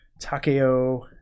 Takeo